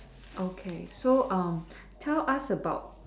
okay so um tell us about